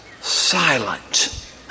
silent